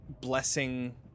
blessing